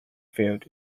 field